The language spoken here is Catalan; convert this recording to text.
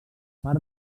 part